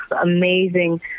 amazing